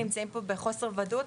אנחנו נמצאים פה בחוסר ודאות,